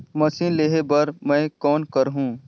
Machine लेहे बर मै कौन करहूं?